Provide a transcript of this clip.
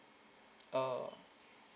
oh